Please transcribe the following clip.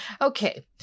Okay